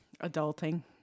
Adulting